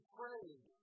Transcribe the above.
prayed